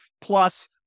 Plus